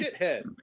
Shithead